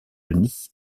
denis